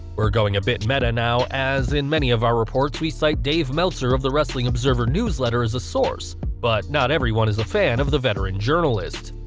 we're getting a bit meta now, as in many of our reports we cite dave meltzer of the wrestling observer news letter as a source, but not everyone is a fan of the veteran journalist.